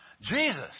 Jesus